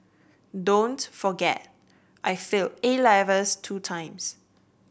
don't forget I failed A Levels two times